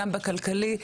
גם בכלכלי,